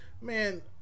man